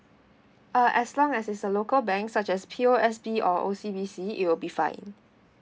uh as long as is a local banks such as P_O_S_B or O_C_B_C it will be fine